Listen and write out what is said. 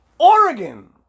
Oregon